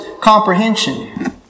comprehension